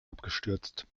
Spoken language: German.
abgestürzt